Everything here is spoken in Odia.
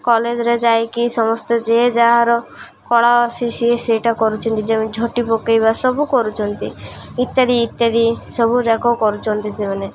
କଲେଜରେ ଯାଇକି ସମସ୍ତେ ଯିଏ ଯାହାର କଳା ଅଛି ସିଏ ସେଇଟା କରୁଛନ୍ତି ଯେମିତି ଝୋଟି ପକାଇବା ସବୁ କରୁଛନ୍ତି ଇତ୍ୟାଦି ଇତ୍ୟାଦି ସବୁ ଯାକ କରୁଛନ୍ତି ସେମାନେ